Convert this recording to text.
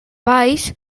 valls